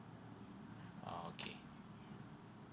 ah okay